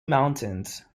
mountains